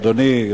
אדוני,